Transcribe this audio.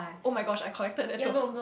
oh my gosh I collected that too